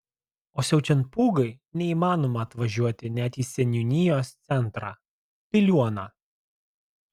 o siaučiant pūgai neįmanoma atvažiuoti net į seniūnijos centrą piliuoną